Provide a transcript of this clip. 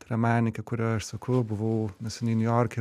tai yra menininkė kurią aš seku buvau neseniai niujorke